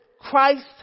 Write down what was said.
Christ